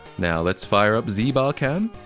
now let's fire up zbarcam.